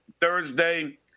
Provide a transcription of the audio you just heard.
Thursday